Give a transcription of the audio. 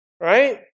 right